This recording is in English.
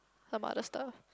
some other stuff